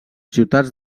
ciutats